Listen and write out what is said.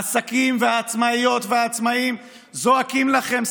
העסקים והעצמאיות והעצמאים זועקים לכם,